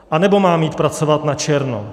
Anebo mám jít pracovat načerno?